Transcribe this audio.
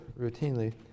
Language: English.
routinely